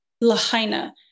lahaina